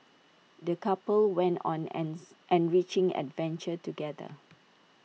the couple went on ans enriching adventure together